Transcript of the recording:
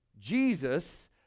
Jesus